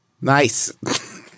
nice